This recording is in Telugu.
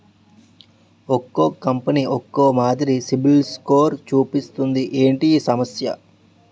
ఒక్కో కంపెనీ ఒక్కో మాదిరి సిబిల్ స్కోర్ చూపిస్తుంది ఏంటి ఈ సమస్య?